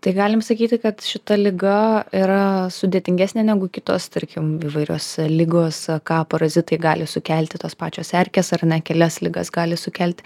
tai galim sakyti kad šita liga yra sudėtingesnė negu kitos tarkim įvairios ligos ką parazitai gali sukelti tos pačios erkės ar ne kelias ligas gali sukelti